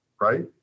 right